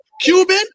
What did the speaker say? Cuban